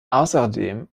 außerdem